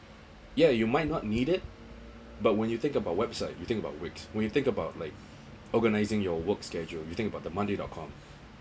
yeah you might not need it but when you think about website you think about wix when you think about like organizing your work schedule you think about the monday dot com